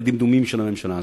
בדמדומי ערב של הממשלה הזאת.